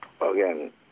again